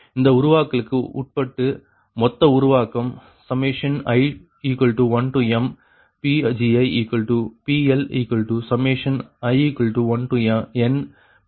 அந்த உருவாக்கலுக்கு உட்பட்டு மொத்த உருவாக்கம் i1mPgiPLi1nPLi ஆகும்